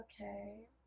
Okay